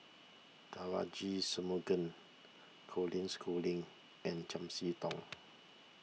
Devagi Sanmugam Colin Schooling and Chiam See Tong